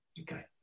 Okay